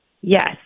Yes